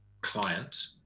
client